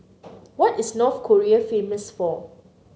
what is North Korea famous for